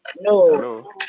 No